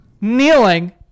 kneeling